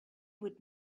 would